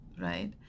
right